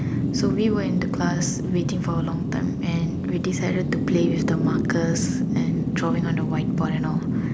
so we were in the class waiting for a long time and we decided to play with the markers and drawing on the whiteboard and all